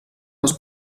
les